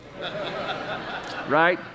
Right